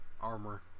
armor